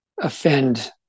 offend